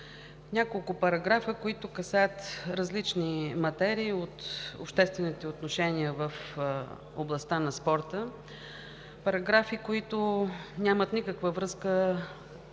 няколко параграфа, които касаят различни материи от обществените отношения в областта на спорта; параграфи, които нямат никаква взаимна